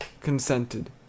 Consented